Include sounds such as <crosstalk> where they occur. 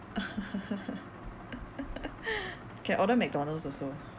<laughs> can order macdonalds also